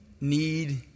need